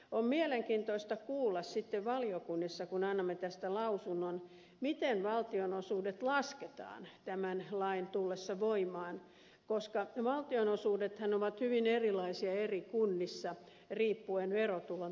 on mielenkiintoista kuulla sitten valiokunnissa kun annamme tästä lausunnon miten valtionosuudet lasketaan tämän lain tullessa voimaan koska valtionosuudethan ovat hyvin erilaisia eri kunnissa riippuen verotulon tasauksesta